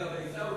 רגע.